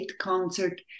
concert